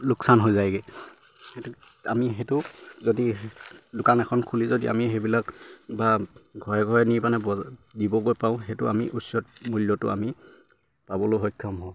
লোকচান হৈ যায়গে আমি সেইটো যদি দোকান এখন খুলি যদি আমি সেইবিলাক বা ঘৰে ঘৰে নি মানে বজা দিবগৈ পাওঁ সেইটো আমি উচিত মূল্যটো আমি পাবলৈ সক্ষম হওঁ